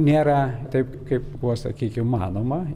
nėra taip kaip buvo sakykim manoma